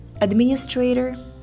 administrator